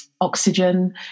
oxygen